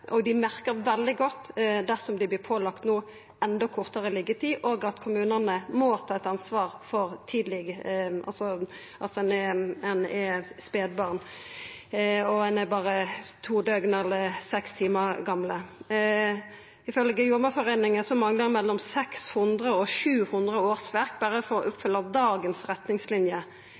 og dei merkar det veldig godt dersom dei no vert pålagde enno kortare liggjetid. Kommunane må ta ansvar for spedbarn som berre er to døgn eller seks timar gamle. Ifølgje Jordmorforeningen manglar det mellom 600 og 700 årsverk berre for å oppfylla dagens